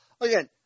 Again